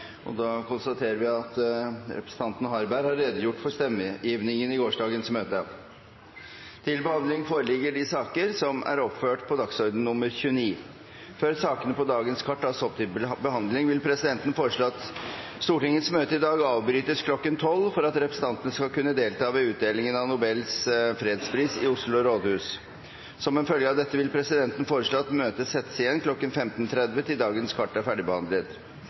presidenten. Da konstaterer vi at representanten Harberg har redegjort for stemmegivningen i gårsdagens møte. Før sakene på dagens kart tas opp til behandling, vil presidenten foreslå at Stortingets møte i dag avbrytes kl. 12 for at representantene skal kunne delta ved utdelingen av Nobels fredspris i Oslo rådhus. Som en følge av dette vil presidenten foreslå at møtet settes igjen kl. 15.30 og fortsetter til dagens kart er ferdigbehandlet.